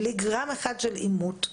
בלי גרם אחד של עימות.